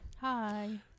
Hi